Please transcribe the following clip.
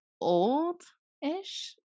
old-ish